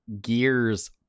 Gears